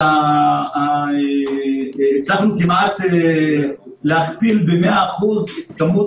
אבל הצלחנו כמעט להכפיל ב-100% את כמות